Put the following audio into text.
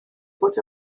bod